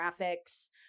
graphics